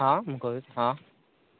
ହଁ ମୁଁ କହୁଛି ହଁ